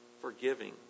forgiving